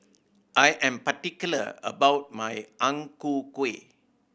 I am particular about my Ang Ku Kueh